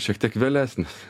šiek tiek vėlesnis